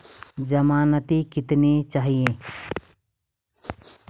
ज़मानती कितने चाहिये?